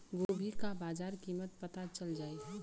गोभी का बाजार कीमत पता चल जाई?